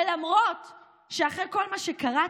ולמרות ואחרי כל מה שקראתי,